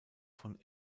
von